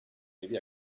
maybe